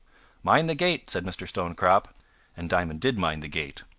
mind the gate, said mr. stonecrop and diamond did mind the gate,